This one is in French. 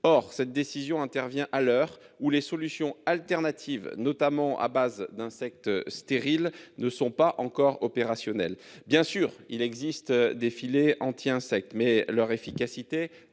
Or, cette décision intervient à l'heure où les solutions alternatives, notamment à base d'insectes stériles ne sont pas encore opérationnels. Bien sûr il existe des filets anti-insectes mais leur efficacité,